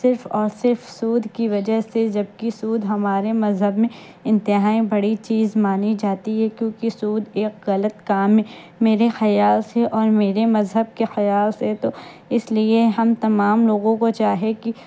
صرف اور صرف سود کی وجہ سے جبکہ سود ہمارے مذہب میں انتہائی بڑی چیز مانی جاتی ہے کیونکہ سود ایک غلط کام ہے میرے خیال سے اور میرے مذہب کے خیال سے تو اس لیے ہم تمام لوگوں کو چاہے کہ